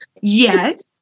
yes